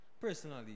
Personally